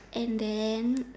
and then